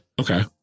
Okay